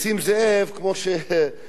כמו שיש אמרה,